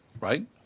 right